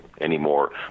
anymore